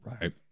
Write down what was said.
Right